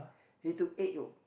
he took egg yolk